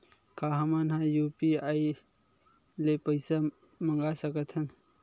का हमन ह यू.पी.आई ले पईसा मंगा सकत हन?